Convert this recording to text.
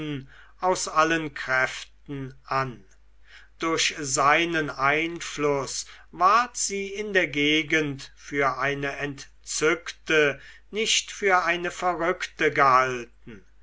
aus allen kräften an durch seinen einfluß ward sie in der gegend für eine entzückte nicht für eine verrückte gehalten